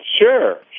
Sure